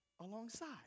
alongside